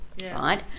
right